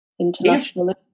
internationally